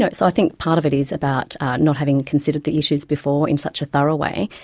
know, so i think part of it is about not having considered the issues before in such a thorough way,